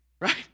right